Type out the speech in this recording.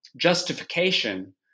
justification